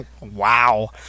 Wow